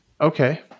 Okay